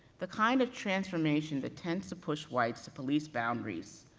the kind of transformation that tends to push white's police boundaries,